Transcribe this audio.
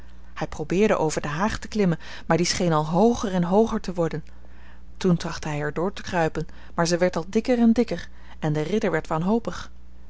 hij probeerde over de haag te klimmen maar die scheen al hooger en hooger te worden toen trachtte hij er door te kruipen maar zij werd al dikker en dikker en de ridder werd wanhopig